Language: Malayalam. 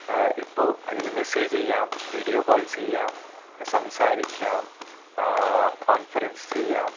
ഇപ്പോൾ അതിൽ മെസ്സേജ് ചെയ്യാം വീഡിയോ കോൾ ചെയ്യാം സംസാരിക്കാം കോൺഫെറൻസ് ചെയ്യാം